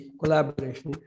collaboration